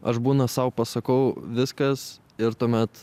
aš būna sau pasakau viskas ir tuomet